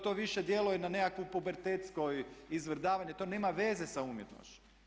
To više djeluje na nekakvu pubertetsko izvrdavanje, to nema veze sa umjetnošću.